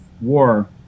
war